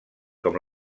com